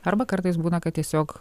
arba kartais būna kad tiesiog